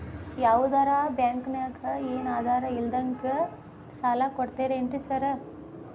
ಯಾವದರಾ ಬ್ಯಾಂಕ್ ನಾಗ ಏನು ಆಧಾರ್ ಇಲ್ದಂಗನೆ ಸಾಲ ಕೊಡ್ತಾರೆನ್ರಿ ಸಾರ್?